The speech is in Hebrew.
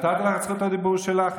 נתתי לך את זכות הדיבור שלך,